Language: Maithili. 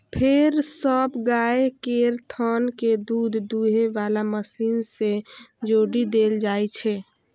फेर सब गाय केर थन कें दूध दुहै बला मशीन सं जोड़ि देल जाइ छै